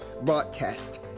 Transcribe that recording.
broadcast